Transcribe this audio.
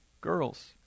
girls